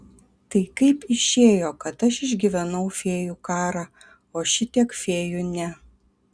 tai kaip išėjo kad aš išgyvenau fėjų karą o šitiek fėjų ne